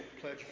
pledge